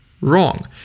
wrong